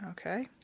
Okay